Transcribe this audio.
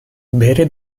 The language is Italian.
bere